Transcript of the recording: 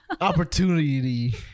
opportunity